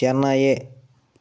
Chennai